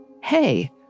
hey